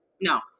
No